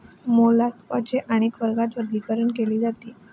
मोलास्काचे अनेक वर्गात वर्गीकरण केले जाते